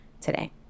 today